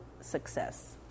success